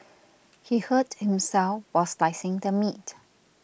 he hurt himself while slicing the meat